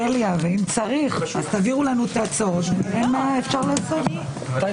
הישיבה ננעלה בשעה 16:00.